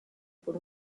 por